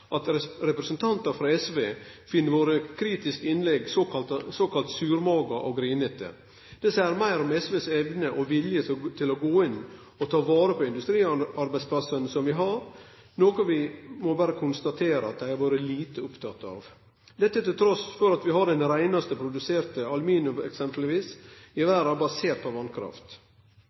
ikkje at representantar frå SV finn våre kritiske innlegg såkalla surmaga og grinete. Det seier meir om SVs evne og vilje til å gå inn og ta vare på industriarbeidsplassane som vi har, noko vi berre må konstatere at dei har vore lite opptekne av, trass i at vi eksempelvis har den reinast produserte aluminiumen i verda basert på